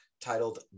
titled